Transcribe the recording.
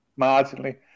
Marginally